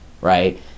right